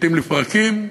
לעתים לפרקים,